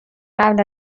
قبل